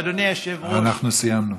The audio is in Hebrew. אדוני היושב-ראש, אנחנו סיימנו.